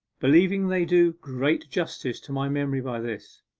believing they do great justice to my memory by this.